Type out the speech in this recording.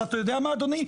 אז אתה יודע מה אדוני?